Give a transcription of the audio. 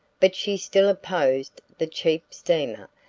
but she still opposed the cheap steamer,